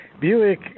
Buick